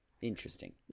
Interesting